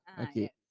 Okay